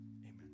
Amen